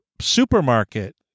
supermarket